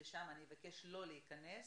לשם אבקש לא להיכנס,